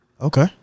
Okay